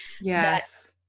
yes